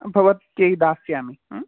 भवत्यै दास्यामि हा